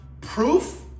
proof